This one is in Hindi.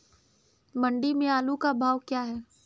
मंडी में आलू का भाव क्या है?